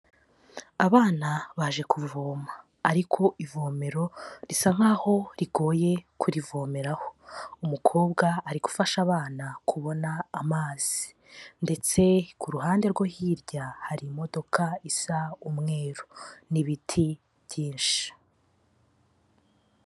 Abana baje kuvoma ariko ivomero risa nk'aho rigoye kurivomeraraho. Umukobwa ari gufasha abana kubona amazi ndetse ku ruhande rwo hirya hari imodoka isa umweru n'ibiti byinshi.